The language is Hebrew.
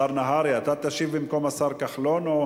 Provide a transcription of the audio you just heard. השר נהרי, אתה תשיב במקום השר כחלון?